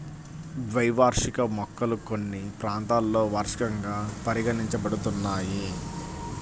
ద్వైవార్షిక మొక్కలు కొన్ని ప్రాంతాలలో వార్షికంగా పరిగణించబడుతున్నాయి